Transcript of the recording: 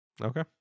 Okay